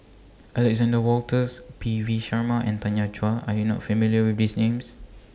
Alexander Wolters P V Sharma and Tanya Chua Are YOU not familiar with These Names